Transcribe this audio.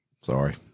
Sorry